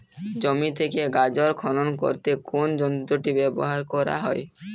জমি থেকে গাজর খনন করতে কোন যন্ত্রটি ব্যবহার করা হয়?